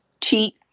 cheat